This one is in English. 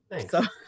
thanks